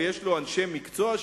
ויש לו אנשי מקצוע,